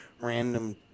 random